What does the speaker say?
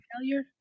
failure